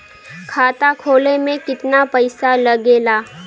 खाता खोले में कितना पईसा लगेला?